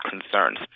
concerns